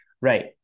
right